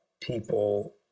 people